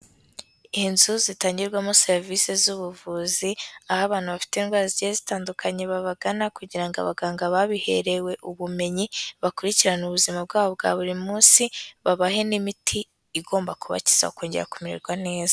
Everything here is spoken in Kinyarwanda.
Inzu zitangirwamo serivise z'ubuvuzi, aho abantu bafite indwara zigiye zitandukanye babagana kugira ngo abaganga babiherewe ubumenyi bakurikirane ubuzima bwabo bwa buri munsi, babahe n'imiti igomba kubakiza bakongera kumererwa neza.